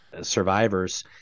survivors